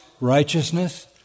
righteousness